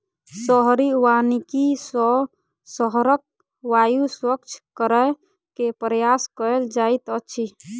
शहरी वानिकी सॅ शहरक वायु स्वच्छ करै के प्रयास कएल जाइत अछि